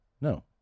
no